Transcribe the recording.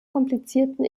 komplizierten